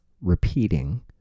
repeating